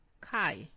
Kai